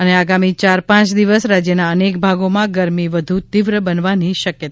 ે આગામી ચાર પાંચ દિવસ રાજ્યના અનેક ભાગોમાં ગરમી વધુ તીવ્ર બનવાની શક્યતા